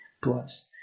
plus